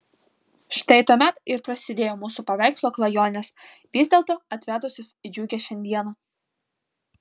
štai tuomet ir prasidėjo mūsų paveikslo klajonės vis dėlto atvedusios į džiugią šiandieną